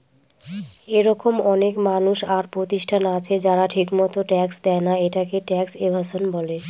এরকম অনেক মানুষ আর প্রতিষ্ঠান আছে যারা ঠিকমত ট্যাক্স দেয়না, এটাকে ট্যাক্স এভাসন বলে